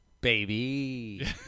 Baby